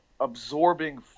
absorbing